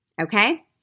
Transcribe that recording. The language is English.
Okay